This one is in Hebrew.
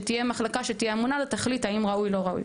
שתהיה מחלקה שתהיה אמונה ותחליט האם ראוי או לא ראוי.